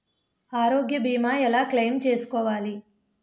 ఆరోగ్య భీమా ఎలా క్లైమ్ చేసుకోవాలి?